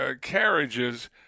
carriages